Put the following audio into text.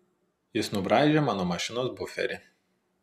jis nubraižė mano mašinos buferį